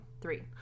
Three